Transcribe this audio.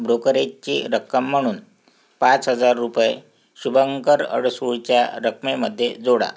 ब्रोकरेजची रक्कम म्हणून पाच हजार रुपये शुभंकर अडसूळच्या रकमेमध्ये जोडा